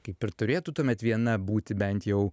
kaip ir turėtų tuomet viena būti bent jau